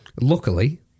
Luckily